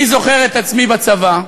אני זוכר את עצמי בצבא,